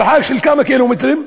מרחק של כמה קילומטרים,